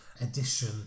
edition